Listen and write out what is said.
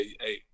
hey